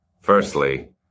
Firstly